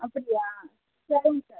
அப்படியா சரிங்க சார்